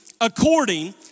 according